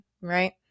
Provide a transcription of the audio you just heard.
right